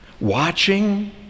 watching